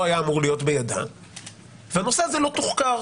היה אמור להיות בידיה והנושא הזה לא תוחקר,